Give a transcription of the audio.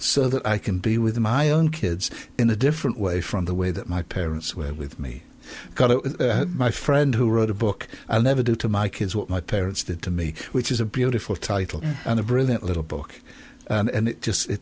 so that i can be with my own kids in a different way from the way that my parents were with me my friend who wrote a book i'll never do to my kids what my parents did to me which is a beautiful title and a brilliant little book and it just